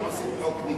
אני אסביר